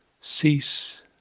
cease